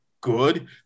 good